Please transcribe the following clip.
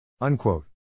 Unquote